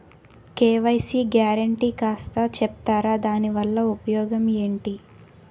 KYC guarantee కాస్త చెప్తారాదాని వల్ల ఉపయోగం ఎంటి?